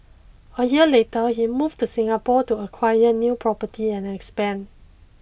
a year later he moved to Singapore to acquire new property and expand